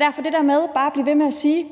Derfor er det der med bare at blive ved med at sige, at